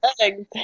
eggs